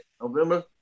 November